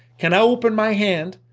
can i open my hand?